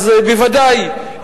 אז בוודאי,